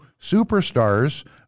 superstars